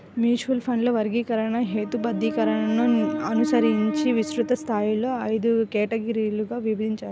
mutual ఫండ్ల వర్గీకరణ, హేతుబద్ధీకరణను అనుసరించి విస్తృత స్థాయిలో ఐదు కేటగిరీలుగా విభజించారు